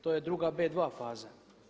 To je druga B2 faza.